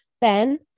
Ben